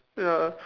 ya